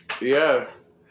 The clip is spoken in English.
Yes